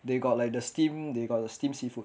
they got like the steam they got the steam seafood